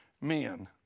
men